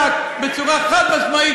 לא רק כשנוח לך.